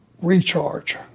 recharge